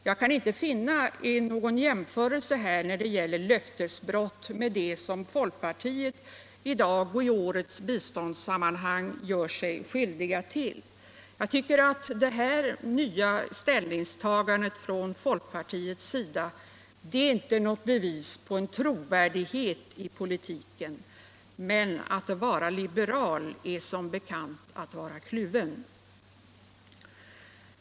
Jag kan inte finna att detta innebär något löftesbrott. Jämför det med vad folkpartiet i årets biståndssammanhang gör sig skyldigt till! Folkpartiets nya ställningstagande är inte något bevis på trovärdighet i politiken. Men att vara liberal är som bekant att vara kluven.